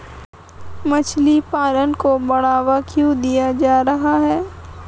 मछली पालन को बढ़ावा क्यों दिया जा रहा है?